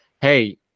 hey